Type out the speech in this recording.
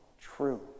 true